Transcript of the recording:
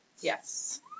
Yes